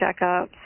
checkups